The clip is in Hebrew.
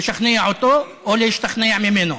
לשכנע אותו או להשתכנע ממנו.